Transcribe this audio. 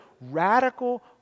radical